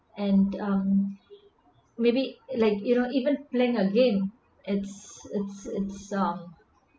and um maybe like you know even playing a game it's it's it's um